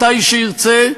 מתי שירצה,